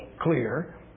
clear